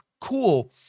cool